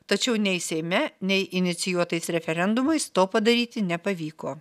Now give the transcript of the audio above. tačiau nei seime nei inicijuotais referendumais to padaryti nepavyko